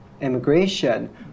immigration